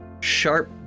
Sharp